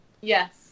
Yes